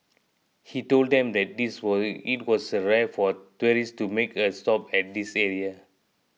he told them that it was it was rare for tourists to make a stop at this area